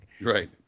Right